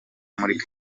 muri